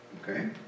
Okay